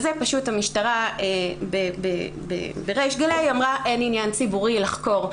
המשטרה בריש גלה אמרה שאין עניין ציבורי לחקור.